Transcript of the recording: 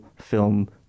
film